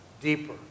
deeper